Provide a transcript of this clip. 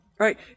Right